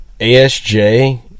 ASJ